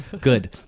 Good